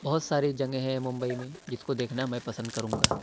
بہت ساری جگہیں ہیں ممبئی میں جس کو دیکھنا میں پسند کروں گا